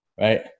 right